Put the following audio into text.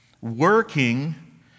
working